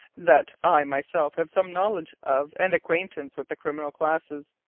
that i myself have some knowledge of and acquaintance with the criminal classes.